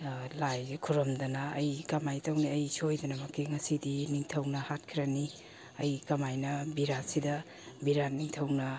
ꯂꯥꯏꯁꯦ ꯈꯨꯔꯝꯗꯅ ꯑꯩ ꯀꯃꯥꯏꯅ ꯇꯧꯅꯤ ꯑꯩ ꯁꯣꯏꯗꯅꯃꯛꯀꯤ ꯉꯁꯤꯗꯤ ꯅꯤꯡꯊꯧꯅ ꯍꯥꯠꯈ꯭ꯔꯅꯤ ꯑꯩ ꯀꯃꯥꯏꯅ ꯕꯤꯔꯥꯠꯁꯤꯗ ꯕꯤꯔꯥꯠ ꯅꯤꯡꯊꯧꯅ